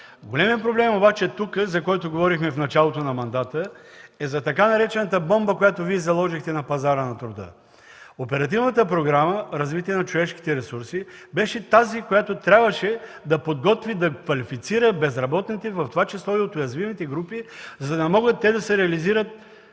Големият проблем обаче тук, за който говорихме в началото на мандата, е за така наречената бомба, която Вие заложихте на пазара на труда. Оперативната програма „Развитие на човешките ресурси” беше тази, която трябваше да подготви, да квалифицира безработните, в това число и от уязвимите групи, за да могат те да се реализират